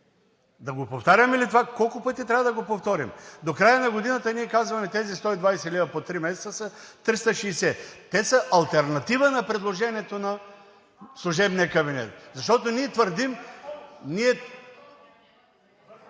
Да го повтаряме ли това, колко пъти трябва да го повторим? До края на годината ние казваме: тези 120 лв. по три месеца са 360. Те са алтернатива на предложението на служебния кабинет, защото ние твърдим…